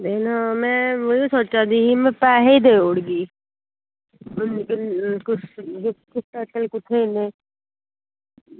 नां में सोचा दी ही में पैसे देई ओड़गी